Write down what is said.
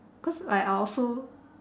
cause like I also